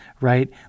right